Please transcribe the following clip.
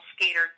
skater